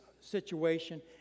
situation